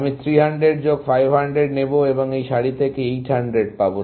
আমি 300 যোগ 500 নেবো আমি এই সারি থেকে 800 পাবো